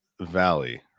valley